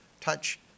touch